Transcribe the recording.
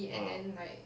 ah